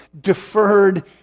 deferred